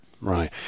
Right